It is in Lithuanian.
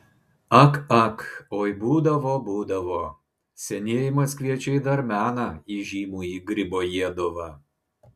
ak ak oi būdavo būdavo senieji maskviečiai dar mena įžymųjį gribojedovą